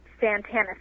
Santana